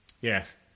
Yes